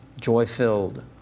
joy-filled